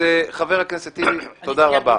חבר הכנסת טיבי, תודה רבה.